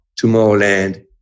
Tomorrowland